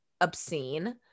obscene